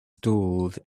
stalled